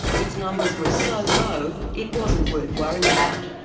its numbers were so low it wasn't worth worrying about.